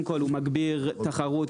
מעצם טבעו הוא מגביר תחרות,